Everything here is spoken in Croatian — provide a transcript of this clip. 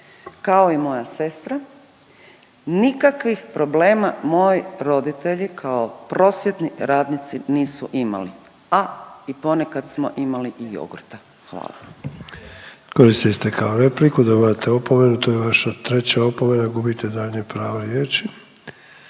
kao i moja sestra. Nikakvih problema moji roditelji kao prosvjetni radnici nisu imali, a i ponekad smo imali i jogurta. Hvala. **Sanader, Ante (HDZ)** Koristili ste kao repliku, dobivate opomenu. To je vaša treća opomena gubite daljnje pravo riječi.